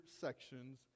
sections